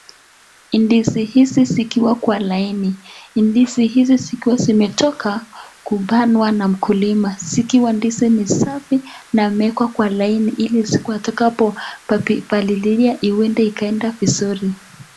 Ndizi hizi zikiwa kwa laini. Ndizi hizi zikiwa zimetoka, kupandwa na mkulima, zikiwa ndizi ni safi na imewekwa kwa laini ili siku atakapo palilia huwenda ikaenda vizuri.